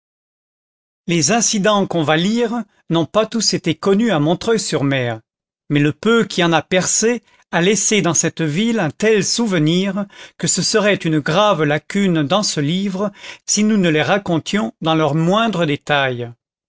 les incidents qu'on va lire n'ont pas tous été connus à montreuil sur mer mais le peu qui en a percé a laissé dans cette ville un tel souvenir que ce serait une grave lacune dans ce livre si nous ne les racontions dans leurs moindres détails